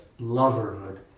loverhood